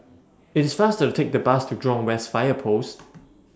IT IS faster to Take The Bus to Jurong West Fire Post